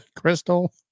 Crystal